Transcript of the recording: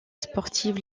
sportives